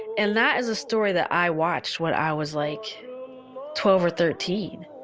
and that is a story that i watched what i was like twelve or thirteen